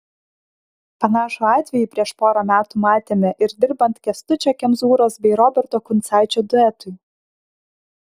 panašų atvejį prieš porą metų matėme ir dirbant kęstučio kemzūros bei roberto kuncaičio duetui